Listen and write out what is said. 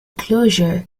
closure